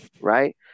right